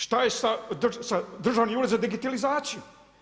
Šta je sa Državni ured za digitalizaciju?